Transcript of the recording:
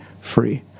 free